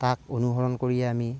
তাক অনুসৰণ কৰিয়ে আমি